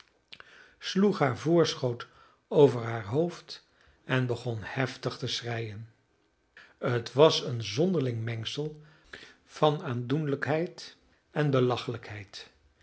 haar voorschoot over haar hoofd en begon heftig te schreien het was een zonderling mengsel van aandoenlijkheid en belachelijkheid dat